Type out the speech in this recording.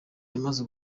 yamaze